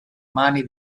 mani